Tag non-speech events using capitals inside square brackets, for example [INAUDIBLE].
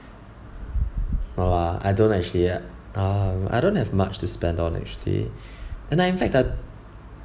!wah! I don't actually um I don't have much to spend on actually [BREATH] and in fact that